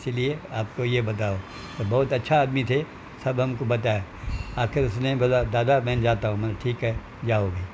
इसी लिए आपको ये बताओ बहुत अच्छा आदमी थे सभु हमको बताए आख़िरि उसने बोला दादा मैं जाता हू मैने कहा ठीकु है जाओ भई